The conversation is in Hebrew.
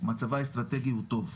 מצבה האסטרטגי הוא טוב.